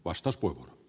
arvoisa puhemies